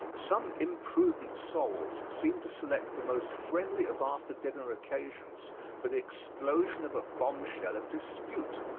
some imprudent souls seem to select the most friendly of after-dinner occasions for the explosion of a bomb-shell of dispute.